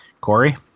Corey